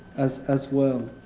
as as well.